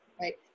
right